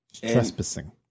Trespassing